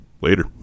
Later